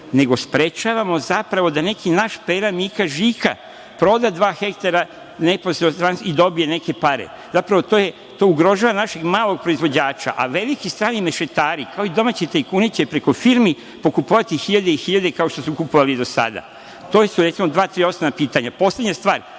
nego sprečavamo da neki naš Pera, Mika, Žika, proda dva hektara nekom strancu i dobija neke pare. Zapravo, to ugrožava našeg malog proizvođača, a veliki strani mešetari, kao i domaći tajkuni će preko firmi pokupovati hiljade i hiljade kao što su kupovali do sada. To su, recimo, dva, tri osnovna pitanja. Poslednja stvar,